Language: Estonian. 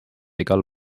igal